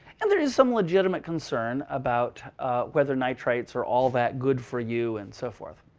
and there is some legitimate concern about whether nitrates are all that good for you, and so forth.